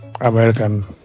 American